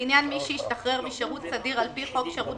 לעניין מי שהשתחרר משירות סדיר על פי חוק שירות